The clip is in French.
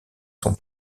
son